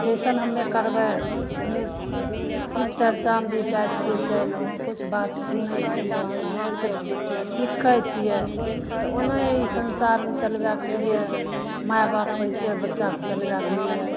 जेहन हमे करबै हमे शिवचर्चामे भी जाइ छियै तऽ अइलहुँ हँ तऽ किछु बात सुनैत छियै सीखैत छियै तऽ ओनाही ई संसारमे चलबैके लिये माइ बाप होइत छै बच्चाके चलबैके लिए